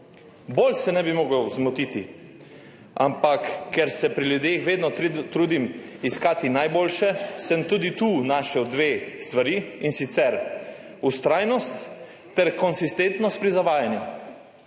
Bolj se ne bi mogel zmotiti, ampak ker se pri ljudeh vedno trudim iskati najboljše, sem tudi tu našel dve stvari, in sicer vztrajnost ter konsistentnost pri zavajanju.